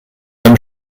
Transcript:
même